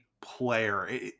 player